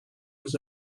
was